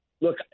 Look